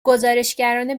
گزارشگران